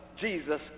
Jesus